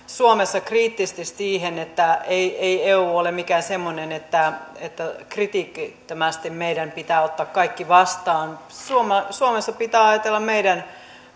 suomessa kriittisesti niin että ei ei eu ole mikään semmoinen että että kritiikittömästi meidän pitää ottaa kaikki vastaan suomessa suomessa pitää ajatella meidän